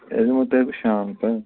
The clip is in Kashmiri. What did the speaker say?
یہِ حظ دِمہو تۄہہِ بہٕ شام تانۍ